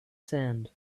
sand